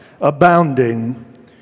abounding